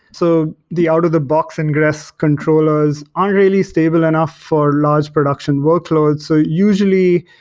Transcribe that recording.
so the out-of-the-box ingress controllers aren't really stable enough for large production workloads. so usually,